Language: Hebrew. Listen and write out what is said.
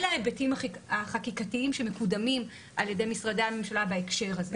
אלה ההיבטים החקיקתיים שמקודמים על ידי משרדי הממשלה בהקשר הזה.